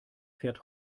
fährt